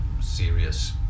serious